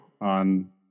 on